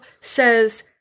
says